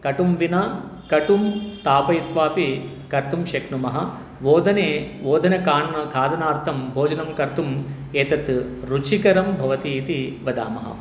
कटुना विना कटुं स्थापयित्वापि कर्तुं शक्नुमः ओदने ओदनकरणं खादनार्थं भोजनं कर्तुम् एतत् रुचिकरं भवति इति वदामः